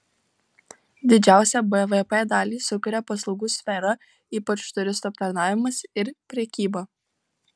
didžiausią bvp dalį sukuria paslaugų sfera ypač turistų aptarnavimas ir prekyba